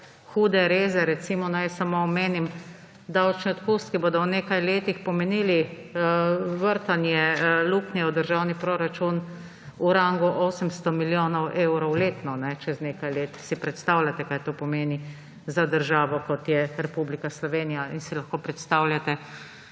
hude reze. Naj samo omenim, davčni odpustki bodo v nekaj letih pomenili vrtanje luknje v državni proračun v rangu 800 milijonov evrov letno, čez nekaj let. Ali si predstavljate, kaj to pomeni za državo, kot je Republika Slovenija? Si lahko predstavljate,